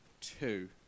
two